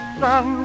sun